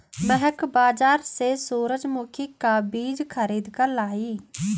महक बाजार से सूरजमुखी का बीज खरीद कर लाई